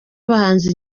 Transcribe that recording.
abahanzi